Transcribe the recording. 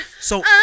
So-